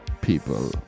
people